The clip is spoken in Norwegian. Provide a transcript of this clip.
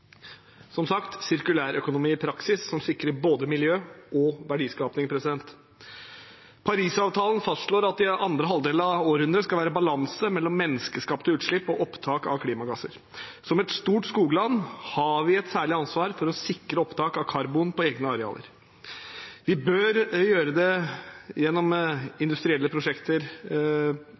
som sagt: sirkulærøkonomi i praksis som sikrer både miljø og verdiskaping. Parisavtalen fastslår at det i andre halvdel av århundret skal være balanse mellom menneskeskapte utslipp og opptak av klimagasser. Som et stort skogland har vi et særlig ansvar for å sikre opptak av karbon på egne arealer. Vi bør gjøre det gjennom industrielle prosjekter